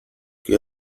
qué